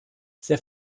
sehr